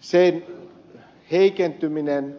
sen heikentyminen